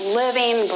living